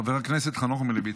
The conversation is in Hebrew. חבר הכנסת חנוך מלביצקי.